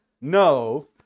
no